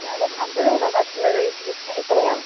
madam അമ്പത് kilo basmati rice എത്രയാകും